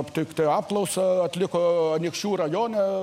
aptikti apklausą atliko anykščių rajone